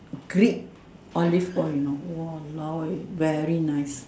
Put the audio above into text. Greek Olive oil you know !walao! eh very nice